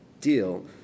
deal